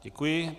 Děkuji.